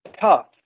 tough